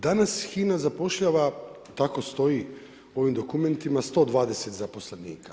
Danas, HINA zapošljava, tako stoji u ovim dokumentima 120 zaposlenika.